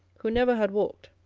who never had walked